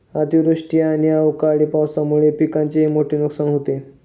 अतिवृष्टी आणि अवकाळी पावसामुळे पिकांचेही मोठे नुकसान होते